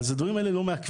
אז על דברים כאלה לא מעכבים.